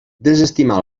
desestimar